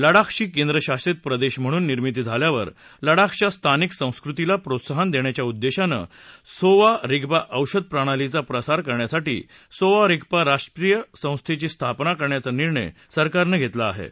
लडाखची केंद्रशासित प्रदेश म्हणू निर्मिती झाल्यावर लडाखच्या स्थानिक संस्कृतीला प्रोत्साहन देण्याच्या उद्देशानं सोवा रिग्पा औषध प्रणालीचा प्रसार करण्यासाठी सोवा रिग्पा राष्ट्रीय संस्थेची स्थापना करण्याचा निर्णय सरकारनं घेतला घेतला होता